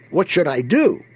what should i do?